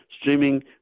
streaming